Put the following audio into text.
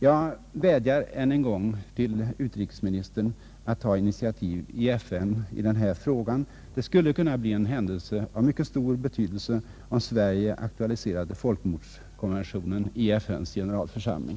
|| Jag vädjar än en gång till utrikesministern att ta initiativ i FN i denna fråga. Det skulle kunna bli en händelse av mycket stor betydelse, om Sverige aktualiserade folkmordskonventionen i FN:s generalförsamling.